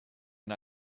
and